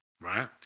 Right